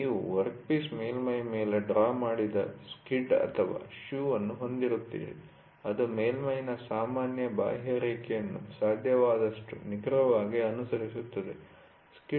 ನೀವು ವರ್ಕ್ಪೀಸ್ ಮೇಲ್ಮೈ ಮೇಲೆ ಡ್ರಾ ಮಾಡಿದ ಸ್ಕಿಡ್ ಅಥವಾ ಶೂ ಅನ್ನು ಹೊಂದಿರುತ್ತೀರಿ ಅದು ಮೇಲ್ಮೈ'ನ ಸಾಮಾನ್ಯ ಬಾಹ್ಯರೇಖೆಯನ್ನು ಸಾಧ್ಯವಾದಷ್ಟು ನಿಖರವಾಗಿ ಅನುಸರಿಸುತ್ತದೆ